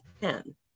ten